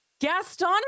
Gaston